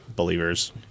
Believers